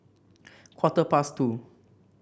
quarter past two